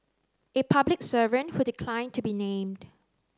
a public servant who declined to be named